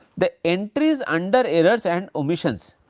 the entries under errors and omissions,